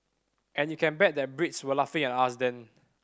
and you can bet that Brits were laughing at us then